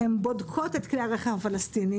הן בודקות את כלי הרכב הפלסטיניים,